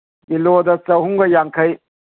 ꯀꯤꯂꯣꯗ ꯆꯍꯨꯝꯒ ꯌꯥꯡꯈꯩ